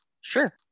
Sure